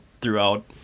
throughout